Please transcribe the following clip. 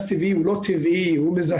גז טבעי אבל הוא לא טבעי, הוא מזהם,